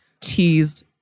teased